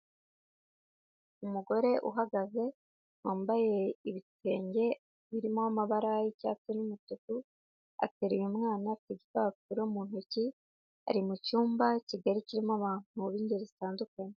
Umugore uhagaze wambaye ibitenge birimo amabara y'icyatsi n'umutuku, ateruye umwana, afite igipapuro mu ntoki, ari mu cyumba kigari kirimo abantu b'ingeri zitandukanye.